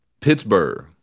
Pittsburgh